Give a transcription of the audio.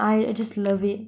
I I just love it